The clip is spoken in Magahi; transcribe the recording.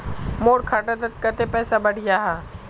मोर खाता डात कत्ते पैसा बढ़ियाहा?